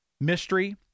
Mystery